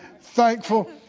thankful